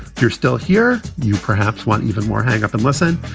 you're still here. you perhaps want even more. hang up and listen.